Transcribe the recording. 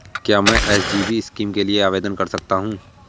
क्या मैं SGB scheme के लिए आवेदन कर सकता हूँ?